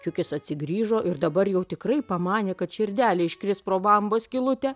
kiukis atsigrįžo ir dabar jau tikrai pamanė kad širdelė iškris pro bambos skylutę